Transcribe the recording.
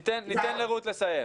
ניתן לרות לסיים.